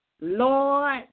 Lord